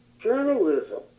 journalism